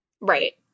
Right